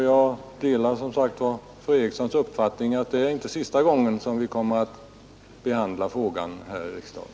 Jag delar som sagt fru Erikssons i Stockholm uppfattning att det inte är sista gången som vi kommer att behandla denna fråga här i riksdagen.